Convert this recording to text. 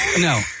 No